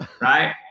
right